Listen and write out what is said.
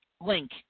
link